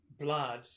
blood